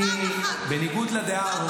פעם אחת.